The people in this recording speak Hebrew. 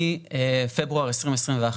מפברואר 2021,